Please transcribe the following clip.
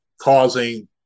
causing